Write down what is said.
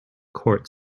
court